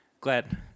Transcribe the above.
glad